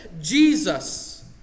Jesus